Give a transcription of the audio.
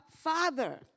Father